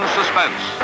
suspense